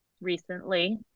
recently